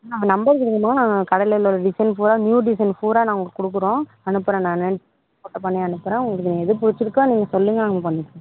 நாங்கள் நம்பர் கொடுங்கம்மா நாங்கள் கடையில உள்ள டிசைன்ஸ் பூரா நியூ டிசைன் பூரா நான் உங்களுக்கு கொடுக்குறோம் அனுப்புகிறேன் நான் ஃபோட்டோ பண்ணி அனுப்புகிறேன் உங்களுக்கு நீங்கள் எது பிடிச்சிருக்கோ அதை நீங்கள் சொல்லுங்கள் நாங்கள் பண்ணி தரோம்